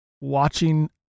watching